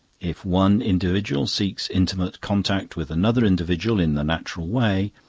if one individual seeks intimate contact with another individual in the natural way,